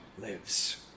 lives